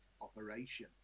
operation